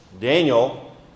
Daniel